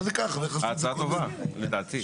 ההצעה טובה, לדעתי.